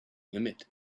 limit